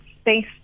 space